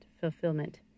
fulfillment